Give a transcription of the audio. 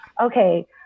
okay